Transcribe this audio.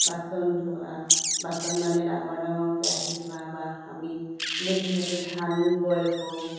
বাচন ধোৱা বাচন মানে ডাঙৰ ডাঙৰকৈ আহি ধোৱা বা আমি যিহেতু ধান বইল কৰোঁ